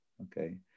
okay